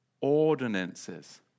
ordinances